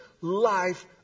life